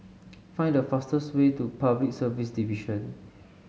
find the fastest way to Public Service Division